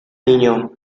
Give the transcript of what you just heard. niño